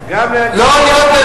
לא להיות,